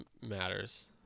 matters